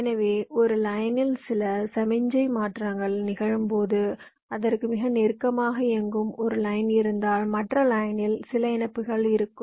எனவே ஒரு லைனில் சில சமிக்ஞை மாற்றங்கள் நிகழும்போது அதற்கு மிக நெருக்கமாக இயங்கும் ஒரு லைன் இருந்தால் மற்ற லைனில்சில இணைப்பு இருக்கும்